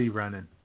running